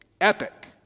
epic